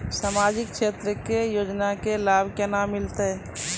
समाजिक क्षेत्र के योजना के लाभ केना मिलतै?